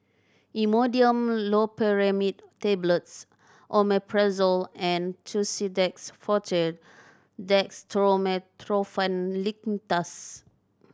Imodium Loperamide Tablets Omeprazole and Tussidex Forte Dextromethorphan Linctus